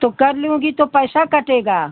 तो कर लूँगी तो पैसा कटेगा